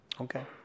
okay